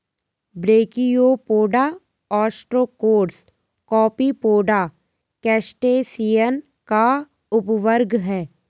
brachiopoda, ostracods, copepoda, crustacean का उपवर्ग है